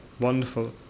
wonderful